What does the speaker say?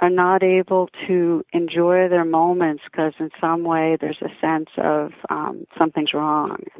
are not able to enjoy their moments because, in some way, there's a sense of um something's wrong.